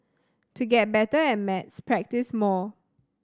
to get better at maths practise more